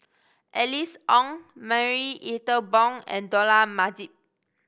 Alice Ong Marie Ethel Bong and Dollah Majid